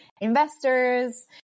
investors